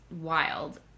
wild